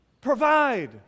Provide